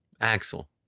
Axel